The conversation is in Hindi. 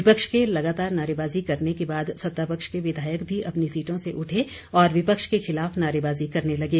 विपक्ष के लगातार नारेबाजी करने के बाद सत्तापक्ष के विधायक भी अपनी सीटों से उठे और विपक्ष के खिलाफ नारेबाजी करने लगे